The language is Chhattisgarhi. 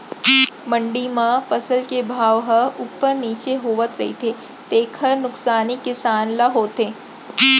मंडी म फसल के भाव ह उप्पर नीचे होवत रहिथे तेखर नुकसानी किसान ल होथे